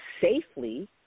safely